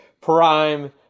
prime